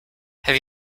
have